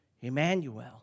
Emmanuel